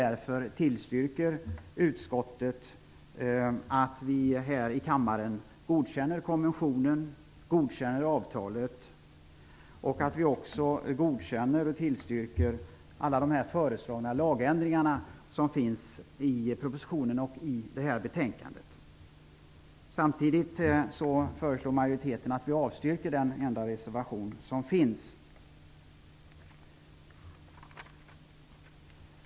Därför tillstyrker utskottet att vi här i kammaren godkänner konventionen och avtalet och alla de föreslagna lagändringarna i propositionen och betänkandet. Samtidigt föreslår majoriteten att vi avstyrker den enda reservation som finns.